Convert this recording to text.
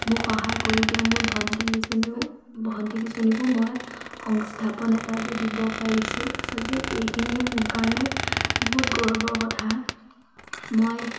মোক সহায় কৰি দিয়া মোৰ ভণ্টিকেইজনীও ভণ্টিকেইজনীকো মই সংস্থাপন এটা যে দিব পাৰিছোঁ আচলতে এইখিনিয়ে মোৰ কাৰণে বহুত গৌৰৱৰ কথা মই